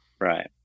Right